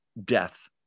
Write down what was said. death